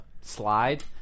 slide